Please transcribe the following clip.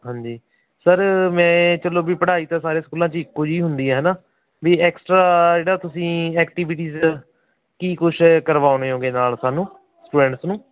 ਹਾਂਜੀ ਸਰ ਮੈਂ ਚਲੋ ਵੀ ਪੜ੍ਹਾਈ ਤਾਂ ਸਾਰੇ ਸਕੂਲਾਂ 'ਚ ਇੱਕੋ ਜਿਹੀ ਹੁੰਦੀ ਆ ਹੈ ਨਾ ਵੀ ਐਕਸਟਰਾ ਜਿਹੜਾ ਤੁਸੀਂ ਐਕਟੀਵਿਟੀਜ਼ ਕੀ ਕੁਛ ਕਰਵਾਉਂਦੇ ਹੋਵੋਗੇ ਨਾਲ ਸਾਨੂੰ ਸਟੂਡੈਂਟਸ ਨੂੰ